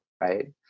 right